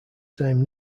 same